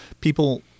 people